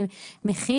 איזה מחיר?